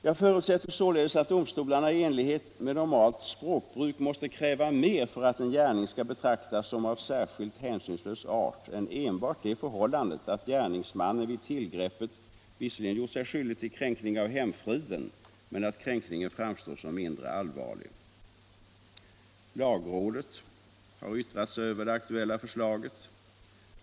Jag förutsätter således att domstolen i enlighet med normalt språkbruk måste kräva mer för att en gärning skall betraktas som av ”särskilt hänsynslös art” än enbart det förhållandet att gärningsmannen vid tillgreppet visserligen gjort sig skyldig till kränkning av hemfriden men att kränkningen framstår som mindre allvarlig. Lagrådet har yttrat sig över det aktuella förslaget.